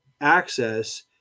access